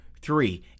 three